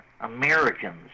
Americans